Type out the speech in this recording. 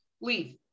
leave